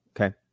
Okay